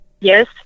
Yes